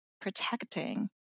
protecting